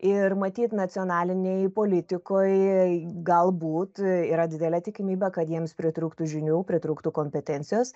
ir matyt nacionalinėj politikoj galbūt yra didelė tikimybė kad jiems pritrūktų žinių pritrūktų kompetencijos